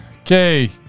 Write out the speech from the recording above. okay